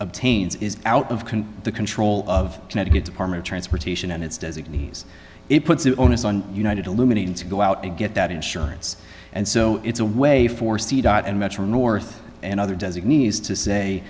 obtains is out of can the control of connecticut department of transportation and its designees it puts the onus on united illuminating to go out and get that insurance and so it's a way for c dot and metro north and other designees to say